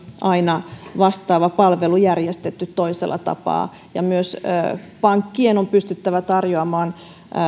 aina vastaava palvelu järjestettynä toisella tapaa ja myös pankkien on pystyttävä tarjoamaan